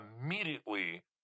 immediately